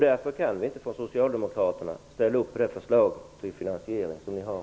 Därför kan inte vi socialdemokrater ställa upp på det förslag till finansiering som ni har.